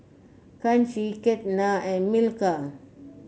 Kanshi Ketna and Milkha